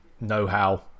know-how